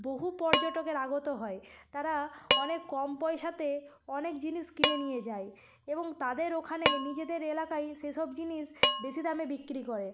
বহু পর্যটকের আগত হয় তারা অনেক কম পয়সাতে অনেক জিনিস কিনে নিয়ে যায় এবং তাদের ওখানে নিজেদের একালায় সেসব জিনিস বেশি দামে বিক্রি করে